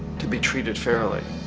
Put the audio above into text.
to be treated fairly.